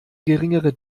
geringere